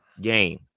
game